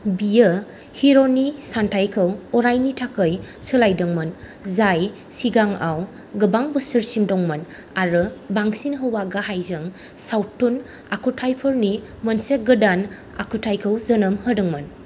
बियो हिर'नि सानथायखौ अरायनि थाखाय सोलायदोंमोन जाय सिगांआव गोबां बोसोरसिम दंमोन आरो बांसिन हौवा गाहायजों सावथुन आखुथायफोरनि मोनसे गादान आखुथायखौ जोनोम होदोंमोन